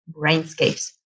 Brainscapes